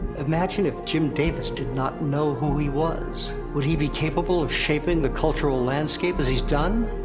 imagine if jim davis did not know who he was. would he be capable of shaping the cultural landscape as he's done?